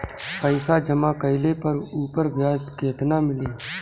पइसा जमा कइले पर ऊपर ब्याज केतना मिली?